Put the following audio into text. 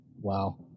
Wow